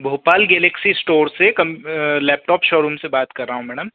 Bhopal Galaxy store से cum laptop showroom से बात कर रहा हूँ मैडम